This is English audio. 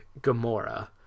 Gamora